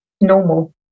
Normal